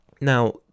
Now